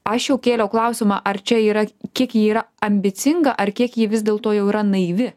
aš jau kėliau klausimą ar čia yra kiek ji yra ambicinga ar kiek ji vis dėl to jau yra naivi